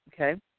okay